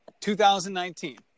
2019